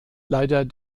leider